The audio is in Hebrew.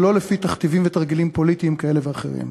ולא לפי תכתיבים ותרגילים פוליטיים כאלה ואחרים.